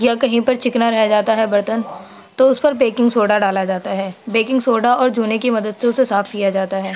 یا کہیں پر چکنا رہ جاتا ہے برتن تو اس پر بیکنگ سوڈا ڈالا جاتا ہے بیکنگ سوڈا اور جونے کی مدد سے اسے صاف کیا جاتا ہے